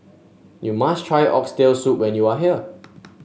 you must try Oxtail Soup when you are here